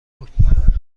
بود